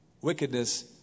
Wickedness